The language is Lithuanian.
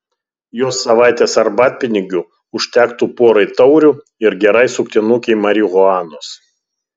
jos savaitės arbatpinigių užtektų porai taurių ir gerai suktinukei marihuanos